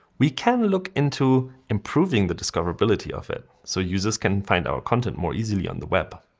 we can look into improving the discoverability of it so users can find our content more easily on the web.